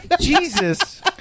Jesus